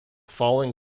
following